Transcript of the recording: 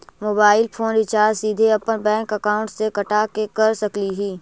Mobile phone recharge सीधे अपन bank account से कटा के कर सकली ही?